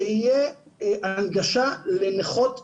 שיהיה הנגשה לנכות במקווה.